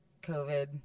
COVID